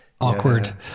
awkward